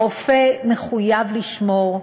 הרופא מחויב לשמור,